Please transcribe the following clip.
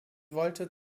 wollte